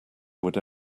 would